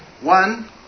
One